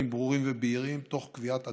ברורים ובהירים תוך קביעת עדיפויות.